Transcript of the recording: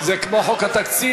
זה כמו חוק התקציב.